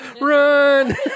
Run